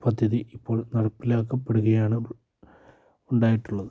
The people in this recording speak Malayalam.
പദ്ധതി ഇപ്പോൾ നടപ്പിലാക്കപ്പെടുകയാണ് ഉണ്ടായിട്ടുള്ളത്